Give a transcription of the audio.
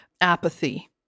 apathy